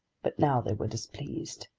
but now they were displeased.